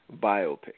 biopic